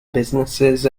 businesses